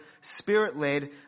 spirit-led